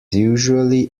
usually